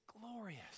glorious